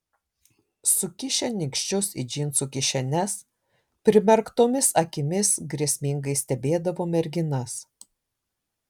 sukišę nykščius į džinsų kišenes primerktomis akimis grėsmingai stebėdavo merginas